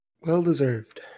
Well-deserved